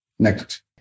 Next